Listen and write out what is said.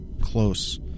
close